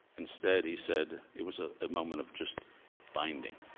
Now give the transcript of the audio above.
instead he said, it was a ah moment of just binding